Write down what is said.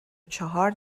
چهار